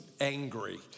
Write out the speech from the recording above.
angry